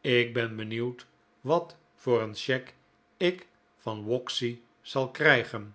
ik ben benieuwd wat voor een cheque ik van waxy zal krijgen